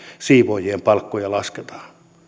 siivoojien palkkoja lasketaan